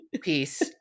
Peace